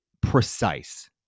precise